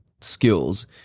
skills